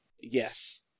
Yes